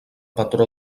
patró